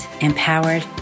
empowered